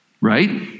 right